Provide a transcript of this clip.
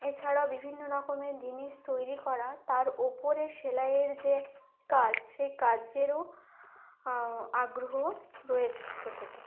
এ ছাড়াও বিভিন্ন রকমের জিনিস তৈরি করা তার উপরে সেলাইয়ের যে কাজ সে কাজেরও আগ্রহ রয়েছে ছোট থেকে